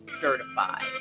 certified